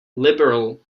liberal